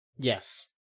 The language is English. Yes